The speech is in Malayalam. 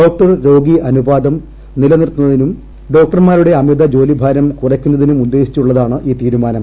ഡോക്ടർ രോഗി അനുപാതം നിലനിർത്തുന്ന തിനും ഡോക്ടർമാരുടെ അമിത ജോലി ഭാരം കുറയ്ക്കുന്നതിനും ഉദ്ദേശിച്ചുള്ളതാണ് ഈ തീരുമാനം